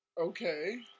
Okay